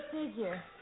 figure